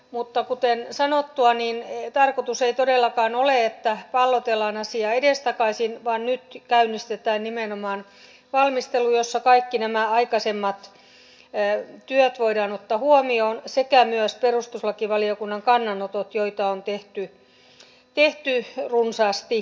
mutta kuten sanottua tarkoitus ei todellakaan ole että pallotellaan asiaa edestakaisin vaan nyt käynnistetään nimenomaan valmistelu jossa kaikki nämä aikaisemmat työt voidaan ottaa huomioon sekä myös perustuslakivaliokunnan kannanotot joita on tehty runsaasti